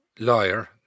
Lawyer